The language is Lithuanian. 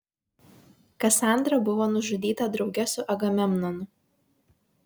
kasandra buvo nužudyta drauge su agamemnonu